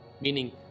meaning